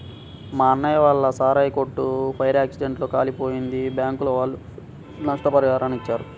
మా అన్నయ్య వాళ్ళ సారాయి కొట్టు ఫైర్ యాక్సిడెంట్ లో కాలిపోయిందని బ్యాంకుల వాళ్ళు నష్టపరిహారాన్ని ఇచ్చారు